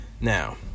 Now